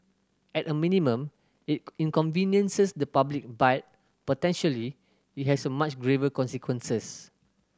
at a minimum it inconveniences the public but potentially it has so much graver consequences